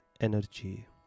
energy